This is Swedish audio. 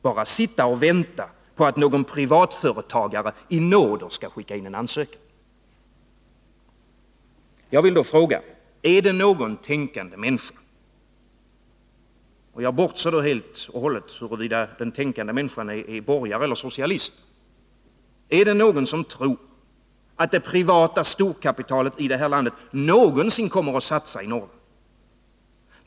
Bara sitta och vänta på att någon privatföretagare i nåder skall skicka in en ansökan. Jag vill då fråga: Är det någon tänkande människa — jag bortser helt och hållet från huruvida den tänkande människan är borgare eller socialist — som tror att det privata storkapitalet här i landet någonsin kommer att satsa i Norrland?